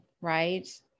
right